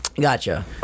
Gotcha